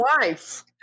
life